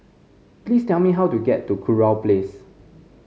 please tell me how to get to Kurau Place